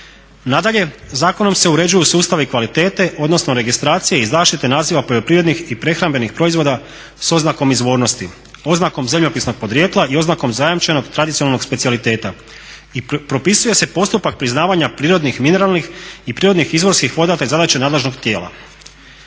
Nadalje, zakonom se uređuju sustavi kvalitete odnosno registracije i zaštite naziva poljoprivrednih i prehrambenih proizvoda sa oznakom izvornosti, oznakom zemljopisnog podrijetla i oznakom zajamčenog tradicionalnog specijaliteta. I propisuje se postupak priznavanja prirodnih mineralnih i prirodnih izvorskih voda a to je zadaća nadležnog tijela.